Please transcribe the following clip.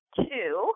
two